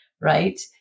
right